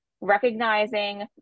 recognizing